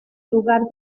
lugar